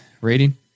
rating